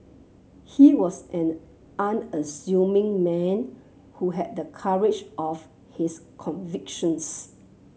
he was an unassuming man who had the courage of his convictions